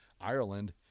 Ireland